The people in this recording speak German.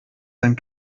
sein